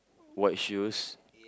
what shoes